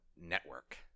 network